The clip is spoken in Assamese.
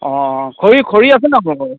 অঁ খৰি খৰি আছে নাই আপোনালোকৰ